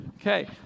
Okay